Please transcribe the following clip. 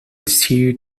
sued